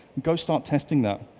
go start testing that,